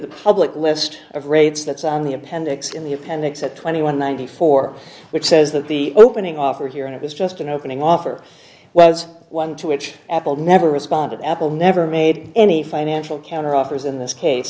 the public list of rates that's on the appendix in the appendix at twenty one ninety four which says that the opening offer here and it was just an opening offer was one to which apple never responded apple never made any financial counteroffers in this case